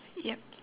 yup